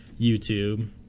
youtube